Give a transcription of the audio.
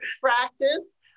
practice